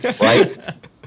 right